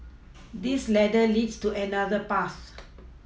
this ladder leads to another path